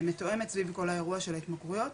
מתואמת סביב כל האירוע של ההתמכרויות.